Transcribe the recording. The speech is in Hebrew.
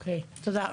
תודה.